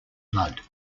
blood